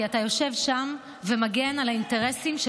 כי אתה יושב שם ומגן על האינטרסים של